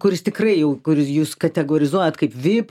kuris tikrai jau kuris jūs kategorizuojat kaip vip